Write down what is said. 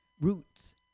roots